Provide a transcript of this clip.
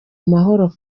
mahoro